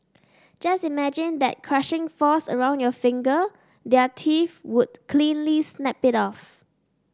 just imagine that crushing force around your finger their teeth would cleanly snap it off